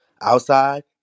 outside